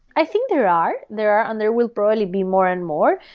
i think there are. there are and there will probably be more and more,